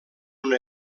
una